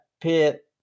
pit